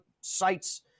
sites